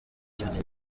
cyane